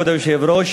כבוד היושב-ראש,